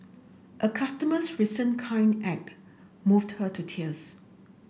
a customer's recent kind act moved her to tears